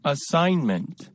Assignment